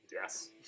Yes